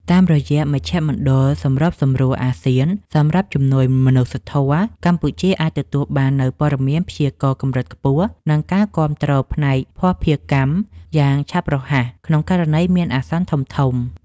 តាមរយៈមជ្ឈមណ្ឌលសម្របសម្រួលអាស៊ានសម្រាប់ជំនួយមនុស្សធម៌ កម្ពុជាអាចទទួលបាននូវព័ត៌មានព្យាករណ៍កម្រិតខ្ពស់ និងការគាំទ្រផ្នែកភស្តុភារកម្មយ៉ាងឆាប់រហ័សក្នុងករណីមានអាសន្នធំៗ។